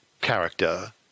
character